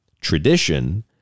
tradition